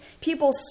people